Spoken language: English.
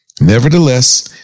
Nevertheless